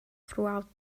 throughout